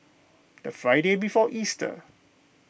the Friday before Easter